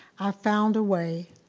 i found a way.